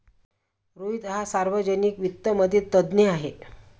रोहित हा सार्वजनिक वित्त मधील तज्ञ आहे